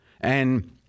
And-